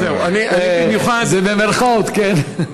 זה במירכאות, כן.